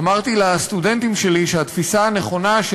אמרתי לסטודנטים שלי שהתפיסה הנכונה של